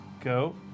go